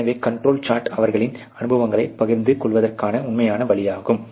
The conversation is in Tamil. எனவே கண்ட்ரோல் சார்ட் அவர்களின் அனுபவங்களைப் பகிர்ந்து கொள்வதற்கான உண்மையான வழியாகும்